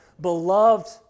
beloved